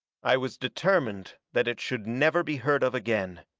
i was determined that it should never be heard of again.